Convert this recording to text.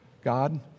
God